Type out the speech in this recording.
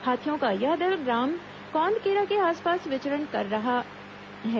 हाथियों का यह दल ग्राम कौंदकेरा के आसपास विचरण कर रहा है